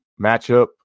matchup